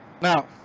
Now